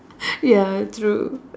ya true